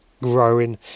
growing